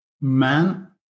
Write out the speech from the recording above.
man